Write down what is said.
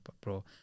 bro